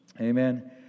amen